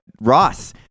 Ross